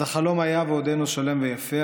אז החלום היה ועודנו שלם ויפה.